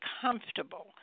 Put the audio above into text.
comfortable